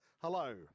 hello